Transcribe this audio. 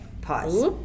pause